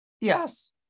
Yes